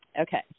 Okay